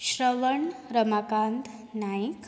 Shravan Ramakant Naik